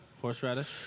Horseradish